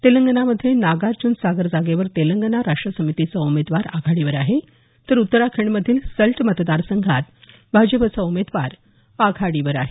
तेलंगानामध्ये नागार्जूनसागर जागेवर तेलंगाना राष्ट्र समितीचा उमेदवार आघाडीवर आहे तर उत्तराखंडमधील सल्ट मतदारसंघात भाजपचा उमेदवार आघाडीवर आहे